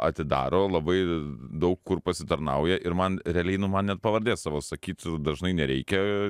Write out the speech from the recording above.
atidaro labai daug kur pasitarnauja ir man realiai nu man net pavardės savo sakyt dažnai nereikia